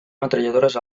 metralladores